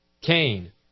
Cain